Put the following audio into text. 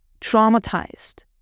traumatized